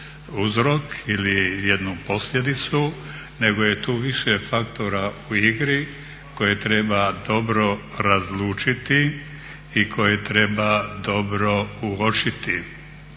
uzrok ili na jednu posljedicu nego je tu više faktora u igri koje treba dobro razlučiti i koje treba dobro uočiti.